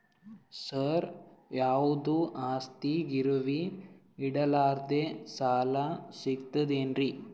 ಸರ, ಯಾವುದು ಆಸ್ತಿ ಗಿರವಿ ಇಡಲಾರದೆ ಸಾಲಾ ಸಿಗ್ತದೇನ್ರಿ?